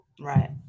Right